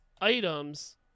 items